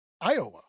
Iowa